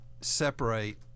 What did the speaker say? separate